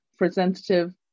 representative